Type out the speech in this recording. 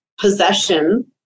possession